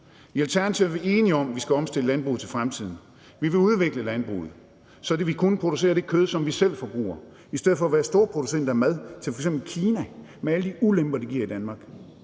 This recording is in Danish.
I Alternativet er vi enige i, at vi skal omstille landbruget til fremtiden. Vi vil udvikle landbruget, sådan at vi kun producerer det kød, som vi selv forbruger, i stedet for at være storproducenter af mad til f.eks. Kina med alle de ulemper, det giver i Danmark.